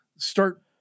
Start